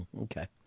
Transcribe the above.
Okay